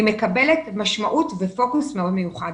היא מקבלת משמעות ופוקוס מאוד מיוחד.